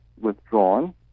withdrawn